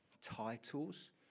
titles